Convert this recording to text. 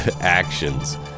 actions